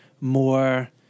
more